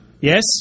Yes